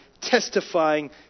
testifying